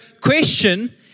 question